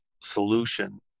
solution